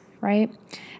right